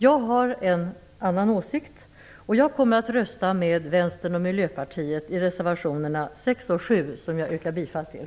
Jag har en annan åsikt, och jag kommer att rösta med Vänstern och Miljöpartiet i reservationerna 6 och 7, som jag yrkar bifall till.